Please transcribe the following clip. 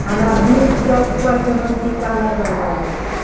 हमरा बीस से ऊपरके मनटीका नहि बनबाबैके छै